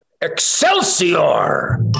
Excelsior